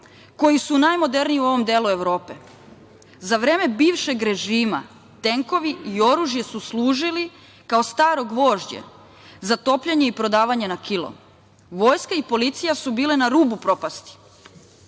koji su najmoderniji u ovom delu Evrope. Za vreme bivšeg režima tenkovi i oružje su služili kao staro gvožđe za topljenje i prodavanje na kilo. Vojska i policija su bile na rubu propasti. Dolaskom